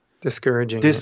discouraging